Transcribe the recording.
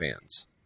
fans